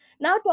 now